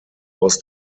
aus